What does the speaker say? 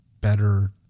better